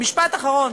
משפט אחרון: